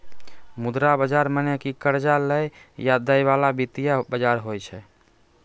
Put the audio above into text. मुद्रा बजार मने कि कर्जा लै या दै बाला वित्तीय बजार होय छै